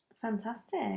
Fantastic